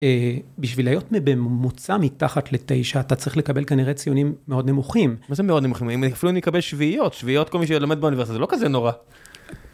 בשביל להיות בממוצע מתחת לתשע, אתה צריך לקבל כנראה ציונים מאוד נמוכים. מה זה מאוד נמוכים? אפילו אם אני אקבל שביעיות, שביעיות כל מי שלמד באוניברסיטה, זה לא כזה נורא.